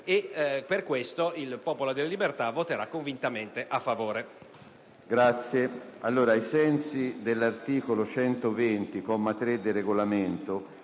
Per queste ragioni, il Popolo della Libertà voterà convintamente a favore